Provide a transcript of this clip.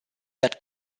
that